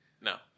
No